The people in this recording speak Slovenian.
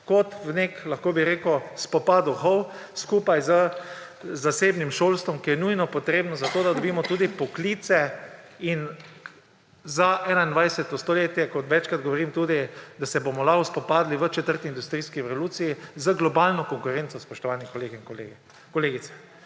kot v nek spopad duhov skupaj z zasebnim šolstvom, ki je nujno potrebno za to, da dobimo tudi poklice za 21. stoletje, kot večkrat govorim, da se bomo lahko spopadli v četrti industrijski revoluciji z globalno konkurenco, spoštovani kolegi in kolegice.